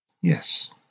yes